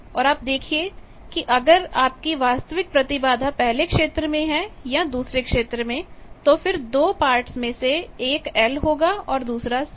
और आप देखिए कि अगर आप की वास्तविक प्रतिबाधा पहले क्षेत्र में है या दूसरे क्षेत्र में तो फिर दो पार्ट्स में से एक L होगा और दूसरा C